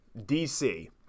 DC